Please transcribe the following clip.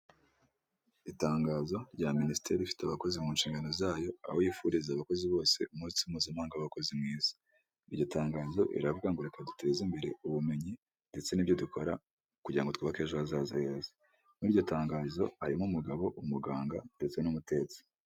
Itangazo rya minisiteri ifite abakozi mu nshingano zayo aho yifuriza abakozi bose umunsi mpuzamahanga w'abakozi mwiza, iryo tangazo riravuga ngo reka duteze imbere ubumenyi ndetse n'ibyo dukora kugira ngo twubake ejo hazaza heza, muri iryo tangazo harimo umugabo, umuganga ndetse n'umutetsi.